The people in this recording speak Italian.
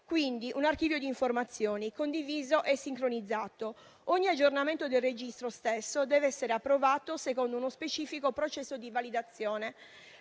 quindi un archivio di informazioni, condiviso e sincronizzato: ogni aggiornamento del registro stesso deve essere approvato secondo uno specifico processo di validazione.